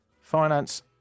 Finance